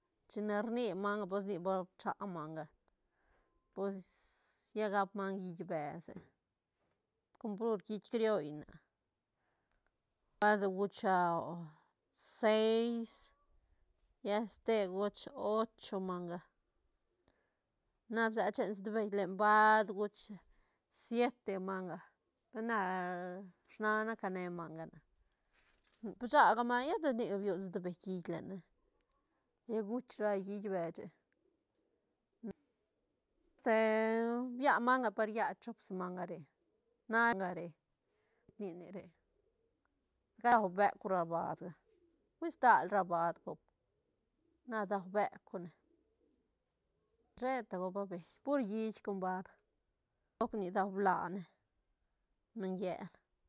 Chine rni manga pues ni babcha manga pues lla gap manga hiit bese com pur hiit crioll nea guch seis lla ste guch ocho manga na bsela chen sutbeï len baad guch siete manga pe na snana cane manga na bsha ga manga llet nic biu sutbeï hiit lene lla guch ra hiit beche bian manga paria chop si manga re manga re ni ne re gau beuk ra baad ga hui stal ra baad gop na dau beuk ne sheta gopa beit pur hiit con baad gopa nic dua blaal ne maiñ llel.